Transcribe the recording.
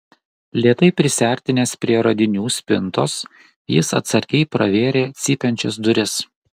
lėtai prisiartinęs prie radinių spintos jis atsargiai pravėrė cypiančias duris